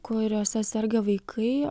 kuriose serga vaikai